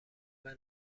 منو